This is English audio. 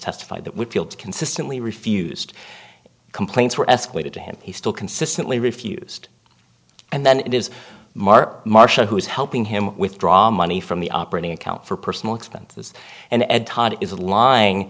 testify that would field consistently refused complaints were escalated to him he still consistently refused and then it is mark marcia who is helping him withdraw money from the operating account for personal expenses and ed is of lying